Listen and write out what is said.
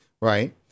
right